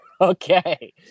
okay